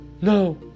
No